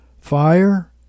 Fire